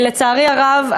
לצערי הרב,